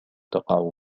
تقع